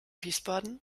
wiesbaden